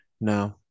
No